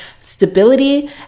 stability